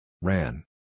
Ran